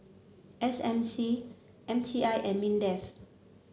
S M C M T I and Mindef